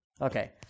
Okay